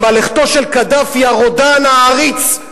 גם לכתו של קדאפי, הרודן העריץ,